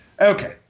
Okay